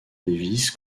lévis